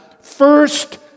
first